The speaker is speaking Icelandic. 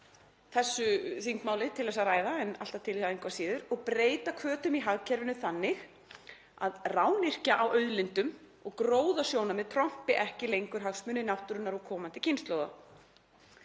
þessu þingmáli til að ræða en er alltaf til í það engu að síður, og breyta hvötum í hagkerfinu þannig að rányrkja á auðlindum og gróðasjónarmið trompi ekki lengur hagsmuni náttúrunnar og komandi kynslóða.